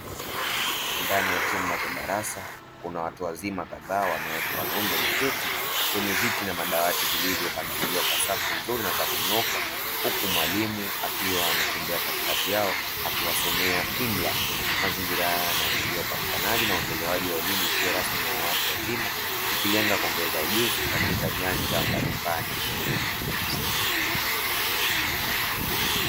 Ndani ya chumba cha darasa, kuna watu wazima kadhaa wanawake na wanaume wameketii kwenye viti na madawati yaliyopangwa kwa safu nzuri na za kunyooka, huku mwalimu akiwa anatembea katikati yao akiwasomea imla. Mazingira haya yanaashiria upatikanaji na utoaji wa elimu isiyo rasmi na ya watu wazima ikilenga kuongeza ujuzi katika nyanja mbalimbali.